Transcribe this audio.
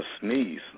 sneeze